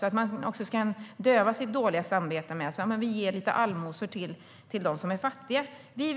Då kan man döva sitt dåliga samvete och tänka: Vi ger lite allmosor till dem som är fattiga. Vi